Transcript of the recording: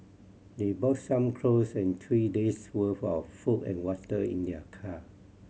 they brought some clothes and three days' worth of food and water in their car